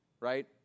right